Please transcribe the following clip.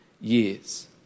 years